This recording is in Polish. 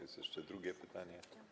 Jest jeszcze drugie pytanie.